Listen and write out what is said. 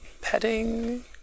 petting